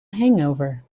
hangover